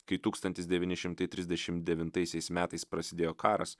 kai tūkstantis devyni šimtai trisdešim devintaisiais metais prasidėjo karas